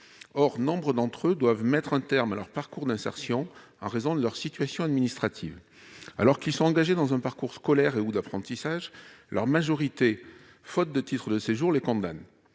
Or, nombre d'entre eux doivent mettre un terme à leur parcours d'insertion en raison de leur situation administrative. Alors qu'ils sont engagés dans un parcours scolaire et/ou d'apprentissage, leur majorité, faute de titre de séjour, les condamne.